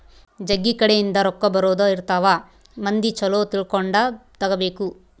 ಜಗ್ಗಿ ಕಡೆ ಇಂದ ರೊಕ್ಕ ಬರೋದ ಇರ್ತವ ಮಂದಿ ಚೊಲೊ ತಿಳ್ಕೊಂಡ ತಗಾಬೇಕು